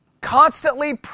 constantly